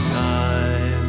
time